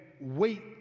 wait